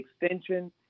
extension